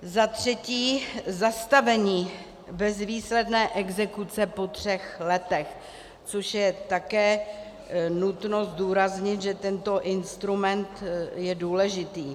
Za třetí, zastavení bezvýsledné exekuce po třech letech, což je také nutno zdůraznit, že tento instrument je důležitý.